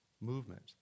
movement